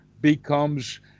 becomes